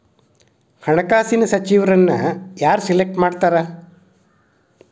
ಹಣಕಾಸಿನ ಸಚಿವರನ್ನ ಯಾರ್ ಸೆಲೆಕ್ಟ್ ಮಾಡ್ತಾರಾ